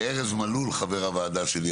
לא,